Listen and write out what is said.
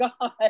God